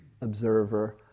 Observer